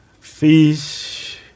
fish